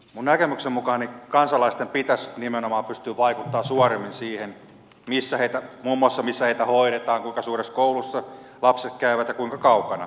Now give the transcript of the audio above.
minun näkemykseni mukaan kansalaisten pitäisi nimenomaan pystyä vaikuttamaan suoremmin muun muassa siihen missä heitä hoidetaan kuinka suuressa koulussa lapset käyvät ja kuinka kaukana